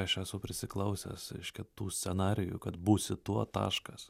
aš esu prisiklausęs reiškia tų scenarijų kad būsi tuo taškas